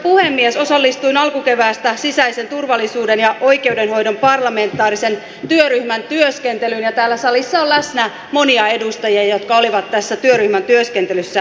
osallistuin alkukeväästä sisäisen turvallisuuden ja oikeudenhoidon parlamentaarisen työryhmän työskentelyyn ja täällä salissa on läsnä monia edustajia jotka olivat tässä työryhmän työskentelyssä mukana